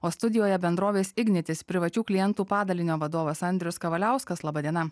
o studijoje bendrovės ignitis privačių klientų padalinio vadovas andrius kavaliauskas laba diena